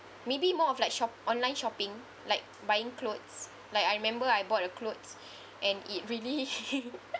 maybe more of like shop online shopping like buying clothes like I remember I bought a clothes and it really